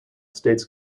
states